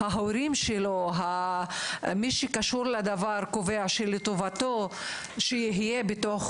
וזאת לטובת הילד.